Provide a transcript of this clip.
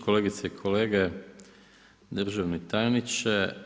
Kolegice i kolege, državni tajniče.